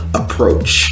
approach